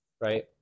right